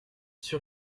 sûr